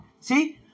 See